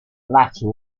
latter